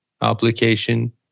application